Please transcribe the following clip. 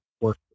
work